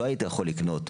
לא היית יכול לקנות.